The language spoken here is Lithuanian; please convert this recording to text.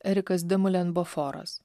erikas demolemboforas